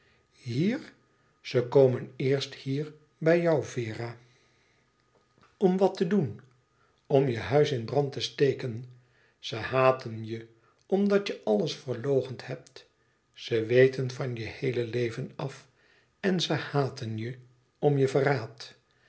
hier ze komen eerst hier bij jou era e ids aargang m wat te doen om je huis in brand te steken ze haten je ze haten je omdat je alles verloochend hebt ze weten van je heele leven af en ze haten je om je verraad